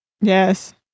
yes